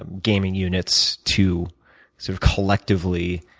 ah gaming units to sort of collectively